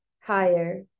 higher